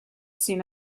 seen